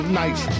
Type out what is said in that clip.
nice